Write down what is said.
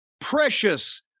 precious